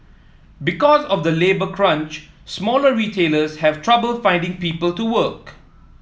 because of the labour crunch smaller retailers have trouble finding people to work